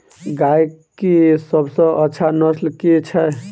गाय केँ सबसँ अच्छा नस्ल केँ छैय?